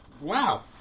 Wow